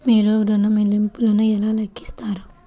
మీరు ఋణ ల్లింపులను ఎలా లెక్కిస్తారు?